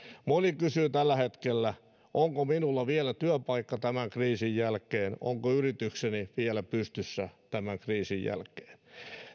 moni kysyy tällä hetkellä onko minulla vielä työpaikka tämän kriisin jälkeen onko yritykseni vielä pystyssä tämän kriisin jälkeen